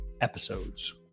episodes